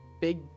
big